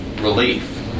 relief